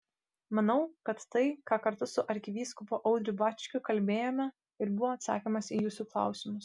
manau kad tai ką kartu su arkivyskupu audriu bačkiu kalbėjome ir buvo atsakymas į jūsų klausimus